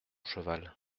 cheval